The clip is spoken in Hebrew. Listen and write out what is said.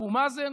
לאבו מאזן,